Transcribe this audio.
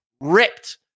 ripped